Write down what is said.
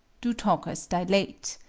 do talkers dilate.